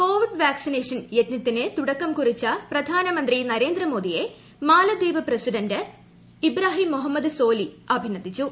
Covid vaccination യജ്ഞത്തിന് തുടക്കം കുറിച്ച പ്രധാനമന്ത്രി നരേന്ദ്രമോദിയെ മാലദ്വീപ് പ്രസിഡന്റ് ഇബ്രാഹിം മുഹമ്മദ് സോലി അഭിനന്ദിച്ചു